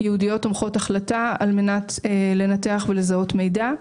ייעודיות תומכות החלטה על מנת לנתח ולזהות מידע.